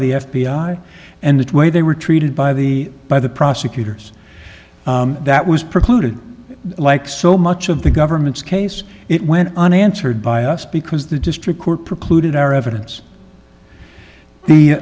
the f b i and that way they were treated by the by the prosecutors that was precluded like so much of the government's case it went unanswered by us because the district court precluded our evidence he